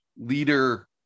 leader